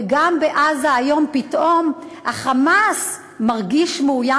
וגם בעזה היום פתאום ה"חמאס" מרגיש מאוים